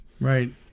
Right